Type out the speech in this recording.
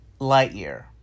Lightyear